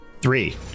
Three